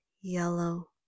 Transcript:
yellow